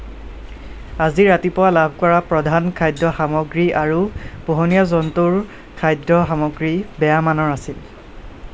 আজি ৰাতিপুৱা লাভ কৰা প্ৰধান খাদ্য সামগ্ৰী আৰু পোহনীয়া জন্তুৰ খাদ্য সামগ্ৰী বেয়া মানৰ আছিল